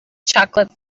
chocolate